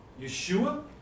Yeshua